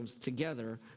together